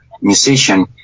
musician